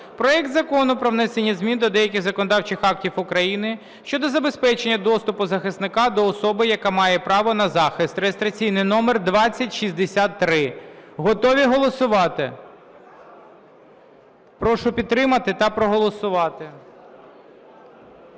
проект Закону про внесення змін до деяких законодавчих актів України щодо забезпечення доступу захисника до особи, яка має право на захист (реєстраційний номер 2063). Готові голосувати? Прошу підтримати та проголосувати.